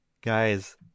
guys